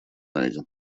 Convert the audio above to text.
найден